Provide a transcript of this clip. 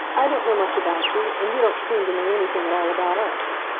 i don't know much about you, and you don't seem to know anything at all about us.